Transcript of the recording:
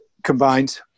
Combined